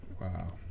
Wow